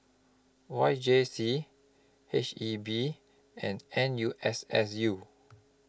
Y J C H E B and N U S S U